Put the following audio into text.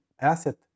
asset